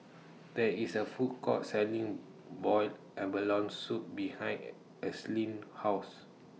There IS A Food Court Selling boiled abalone Soup behind Ashlyn's House